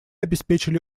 обеспечили